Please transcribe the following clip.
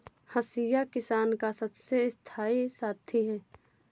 हंसिया किसान का सबसे स्थाई साथी है